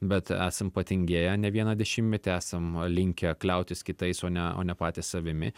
bet esam patingėję ne vieną dešimtmetį esam linkę kliautis kitais o ne o ne patys savimi